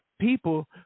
people